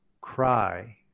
cry